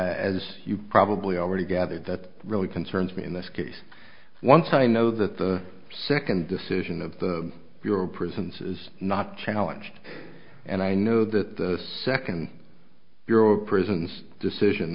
as you've probably already gathered that really concerns me in this case once i know that the second decision of the bureau of prisons is not challenged and i know that the second bureau of prisons decision